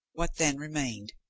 what then remained?